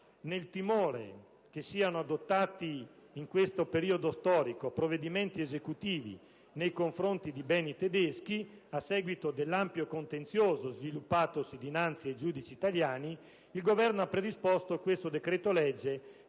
Nel timore che siano adottati in questo periodo storico provvedimenti esecutivi nei confronti di beni tedeschi, a seguito dell'ampio contenzioso sviluppatosi dinanzi ai giudici italiani, il Governo ha predisposto questo decreto‑legge